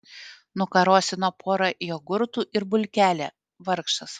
nukarosino pora jogurtų ir bulkelę vargšas